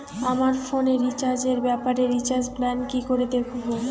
আমার ফোনে রিচার্জ এর ব্যাপারে রিচার্জ প্ল্যান কি করে দেখবো?